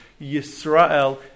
Yisrael